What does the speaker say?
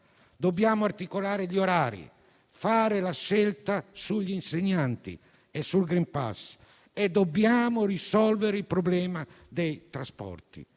dobbiamo articolare gli orari e fare una scelta sugli insegnanti e sul *green pass* e dobbiamo risolvere il problema dei trasporti.